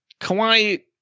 Kawhi